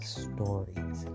stories